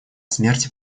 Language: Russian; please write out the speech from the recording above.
смерти